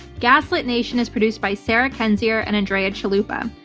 gaslit nation is produced by sarah kendzior and andrea chalupa.